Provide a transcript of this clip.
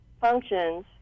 functions